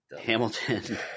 Hamilton